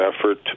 effort